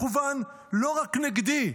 מכוון לא רק נגדי,